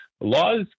laws